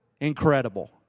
Incredible